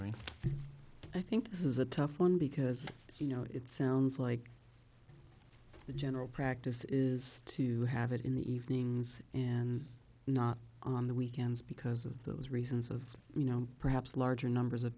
drink i think this is a tough one because you know it sounds like the general practice is to have it in the evenings and not on the weekends because of those reasons of you know perhaps larger numbers of